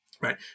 right